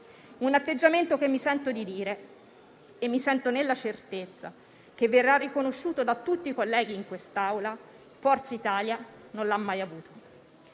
un atteggiamento che mi sento di dire con certezza - e verrà riconosciuto da tutti i colleghi in quest'Aula - Forza Italia non l'ha mai avuto.